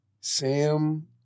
Sam